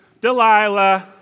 Delilah